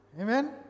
amen